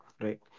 right